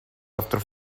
after